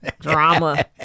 Drama